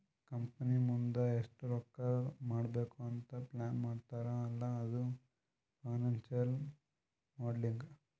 company ಮುಂದ್ ಎಷ್ಟ ರೊಕ್ಕಾ ಮಾಡ್ಬೇಕ್ ಅಂತ್ ಪ್ಲಾನ್ ಮಾಡ್ತಾರ್ ಅಲ್ಲಾ ಅದು ಫೈನಾನ್ಸಿಯಲ್ ಮೋಡಲಿಂಗ್